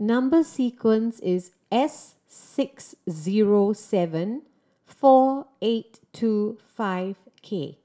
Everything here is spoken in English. number sequence is S six zero seven four eight two five K